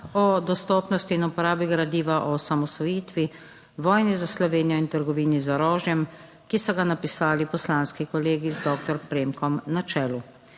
o dostopnosti in uporabi gradiva o osamosvojitvi, vojni za Slovenijo in trgovini z orožjem, ki so ga napisali poslanski kolegi z doktor Premkom na čelu.